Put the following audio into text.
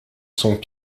sont